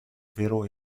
vero